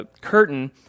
curtain